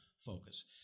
focus